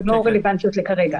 הן לא רלוונטיות כרגע.